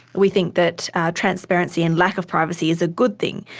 we think that transparency and lack of privacy is a good thing.